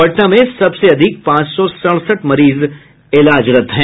पटना में सबसे अधिक पांच सौ सड़सठ मरीज इलाजरत हैं